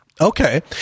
Okay